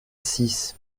six